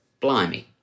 Blimey